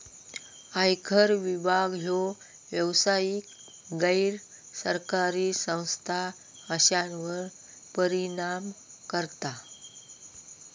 आयकर विभाग ह्यो व्यावसायिक, गैर सरकारी संस्था अश्यांवर परिणाम करता